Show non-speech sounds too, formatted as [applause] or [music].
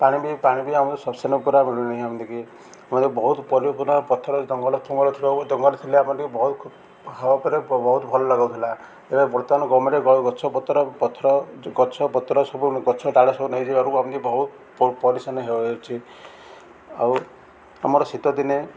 ପାଣି ବି ପାଣି ବି ଆମ [unintelligible] ପୁରା ମିଳୁନି ଏମିତିକି ଆମର ବହୁତ ପଥର ଜଙ୍ଗଲ ଥଙ୍ଗଳ ଜଙ୍ଗଲ ଥିଲା ଆମର ବହୁତ ହାବ ଉପରେ ବହୁତ ଭଲ ଲାଗୁଥିଲା ଏବେ ବର୍ତ୍ତମାନ ଗଭର୍ନମେଣ୍ଟ ଗଛ ପତ୍ର ପଥର ଗଛ ପତ୍ର ସବୁ ଗଛ ଡାଳ ସବୁ ନେଇଯିବାର ଏମିତି ବହୁତ ପରେଶାନୀ ହେଉଛି ଆଉ ଆମର ଶୀତଦିନେ